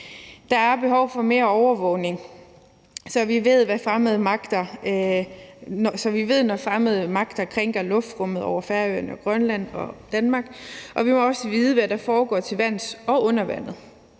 Der er behov for mere overvågning, så vi ved, når fremmede magter krænker luftrummet over Færøerne, Grønland og Danmark, og vi må også vide, hvad der foregår til vands og under vandet.